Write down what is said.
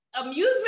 amusement